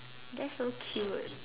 that's so cute